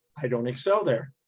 i don't excel there.